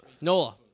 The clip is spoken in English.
Nola